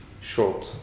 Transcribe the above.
short